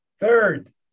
Third